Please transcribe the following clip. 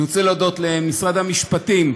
אני רוצה להודות למשרד המשפטים,